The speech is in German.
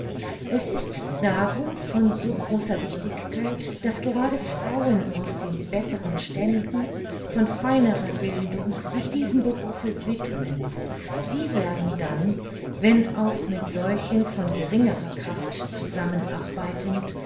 es ist darum von so großer wichtigkeit daß gerade frauen aus den besseren ständen von feinerer bildung sich diesem berufe widmen sie werden dann wenn auch mit solchen von geringerer kraft zusammenarbeitend